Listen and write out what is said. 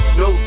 no